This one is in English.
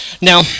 Now